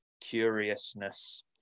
curiousness